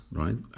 right